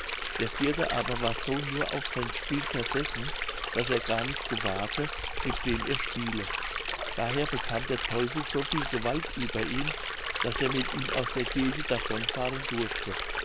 der vierte aber war so nur auf sein spiel versessen daß er gar nicht gewahrte mit wem er spiele daher bekam der teufel so viel gewalt über ihn daß er mit ihm aus der kirche davon fahren durfte